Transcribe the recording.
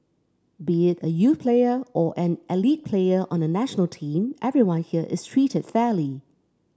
be it a youth player or an elite player on the national team everyone here is treated fairly